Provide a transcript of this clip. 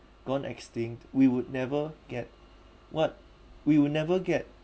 gone extinct we would never get what we will never get